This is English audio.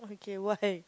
okay why